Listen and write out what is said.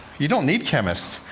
you don't need chemists.